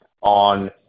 on